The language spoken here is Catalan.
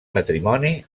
matrimoni